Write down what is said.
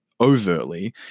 overtly